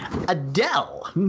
Adele